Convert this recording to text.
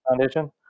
Foundation